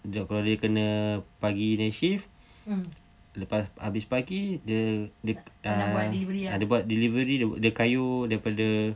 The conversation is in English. kalau dia kena pagi punya shift lepas habis pagi dia dia uh ha dia buat delivery dia dia kayuh daripada